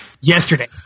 yesterday